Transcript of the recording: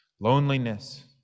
loneliness